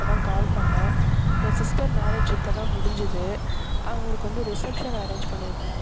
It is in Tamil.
அதுதான் கால் பண்ணேன் என் சிஸ்டர் மேரேஜ் இப்போதான் முடிஞ்சுது அவங்களுக்கு வந்து ரிசெப்ஷன் அரேஞ்ச் பண்ணியிருக்கோம்